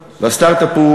והסטרט-אפ,